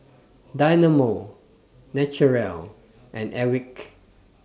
Dynamo Naturel and Airwick